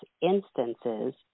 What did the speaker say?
instances